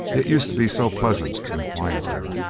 it used to be so pleasant and quiet here.